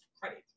credit